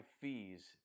fees